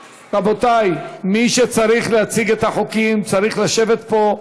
רבותי, מי שצריך להציג את החוקים צריך לשבת פה,